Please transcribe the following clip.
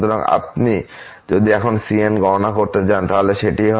সুতরাং আপনি যদি এখন cn গণনা করতে চান তাহলে সেটি হয়